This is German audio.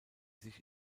sich